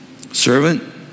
servant